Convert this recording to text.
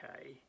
okay